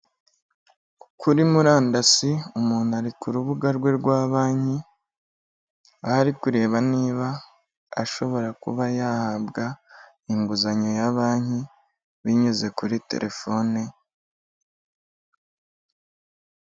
Kuri murandasi umuntu ari ku rubuga rwe rwa banki aho ari kureba niba ashobora kuba yahabwa inguzanyo ya banki binyuze kuri telefone.